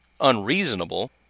unreasonable